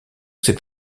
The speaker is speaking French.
c’est